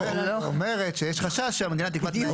היא אומרת שיש חשש המדינה תקבע תנאים.